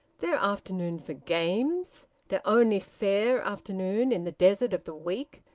their afternoon for games, their only fair afternoon in the desert of the week,